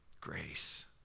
grace